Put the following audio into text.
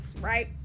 right